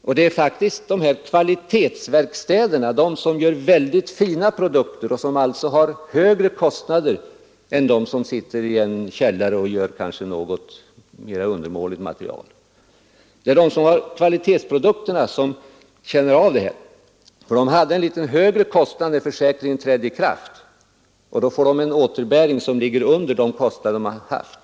Värst är det för kvalitetsverkstäderna, de tekniker som gör mycket fina produkter och som alltså har högre kostnader än de som sitter i en källare och kanske förfärdigar mera undermåliga produkter. Det är således de som sysslar med kvalitetsprodukterna som känner av detta. De hade en något högre kostnad när försäkringen trädde i kraft och nu får de en återbäring som ligger under de kostnader de haft.